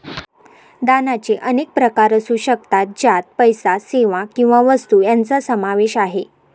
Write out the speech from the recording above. दानाचे अनेक प्रकार असू शकतात, ज्यात पैसा, सेवा किंवा वस्तू यांचा समावेश आहे